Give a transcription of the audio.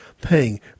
paying